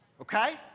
Okay